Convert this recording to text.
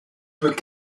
peut